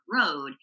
road